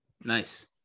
Nice